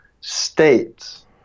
states